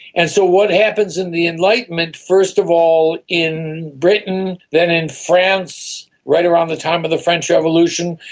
and so what happens in the enlightenment, first of all in britain then in france, right around the time of the french revolution,